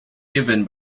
given